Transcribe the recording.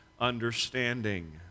understanding